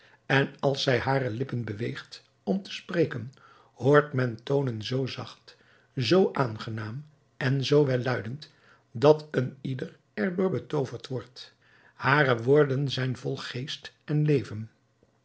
en als zij hare lippen beweegt om te spreken hoort men toonen zoo zacht zoo aangenaam en zoo welluidend dat een ieder er door betooverd wordt hare woorden zijn vol geest en leven